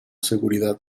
seguridad